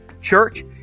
church